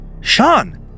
Sean